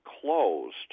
closed